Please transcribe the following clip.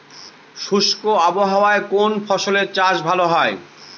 শুষ্ক আবহাওয়ায় কোন ফসলের চাষ ভালো হয়?